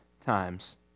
times